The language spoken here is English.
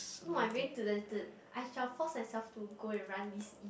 no I'm going to the the I shall force myself to go and run this eve~